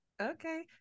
Okay